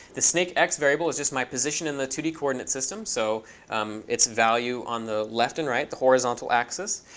the snakex variable is just my position in the two d coordinate system, so its value on the left and right, the horizontal axis.